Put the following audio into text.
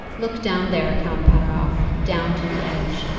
look down there, count pateroff down to the edge.